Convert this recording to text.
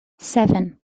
seven